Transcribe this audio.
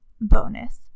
bonus